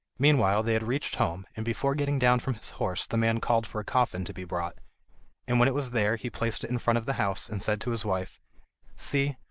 meanwhile they had reached home, and before getting down from his horse the man called for a coffin to be brought and when it was there he placed it in front of the house, and said to his wife see,